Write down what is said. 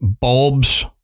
bulbs